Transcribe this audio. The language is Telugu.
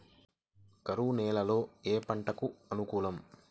కరువు నేలలో ఏ పంటకు అనుకూలం?